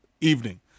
evening